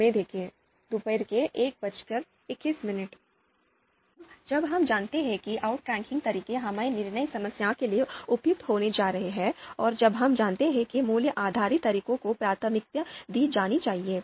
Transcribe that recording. अब जब हम जानते हैं कि आउट्रैंकिंग तरीके हमारी निर्णय समस्या के लिए उपयुक्त होने जा रहे हैं और जब हम जानते हैं कि मूल्य आधारित तरीकों को प्राथमिकता दी जानी चाहिए